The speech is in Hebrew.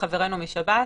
חברינו משב"ס.